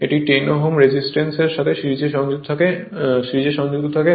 এটি 10 Ω রেজিস্ট্যান্সের সাথে সিরিজে সংযুক্ত থাকে